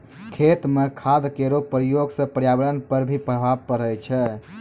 खेत म खाद केरो प्रयोग सँ पर्यावरण पर भी प्रभाव पड़ै छै